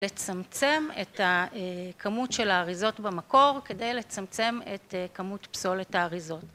לצמצם את הכמות של האריזות במקור כדי לצמצם את כמות פסולת האריזות.